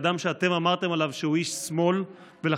אדם שאתם אמרתם עליו שהוא איש שמאל ולכן